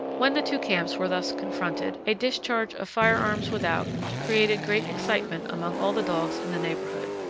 when the two camps were thus confronted, a discharge of fire-arms without created great excitement among all the dogs in the neighborhood.